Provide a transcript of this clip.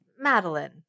Madeline